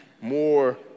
more